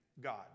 God